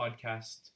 podcast